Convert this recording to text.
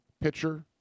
pitcher